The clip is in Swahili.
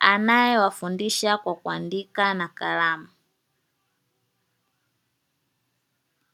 anayewafundisha kwa kuandika na kalamu.